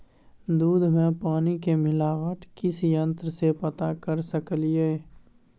दूध में पानी के मिलावट किस यंत्र से पता कर सकलिए?